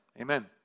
Amen